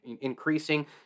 increasing